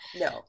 no